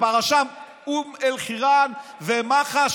בפרשת אום אל-חיראן ומח"ש,